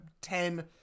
ten